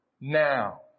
now